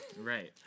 Right